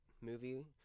movie